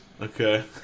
Okay